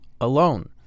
alone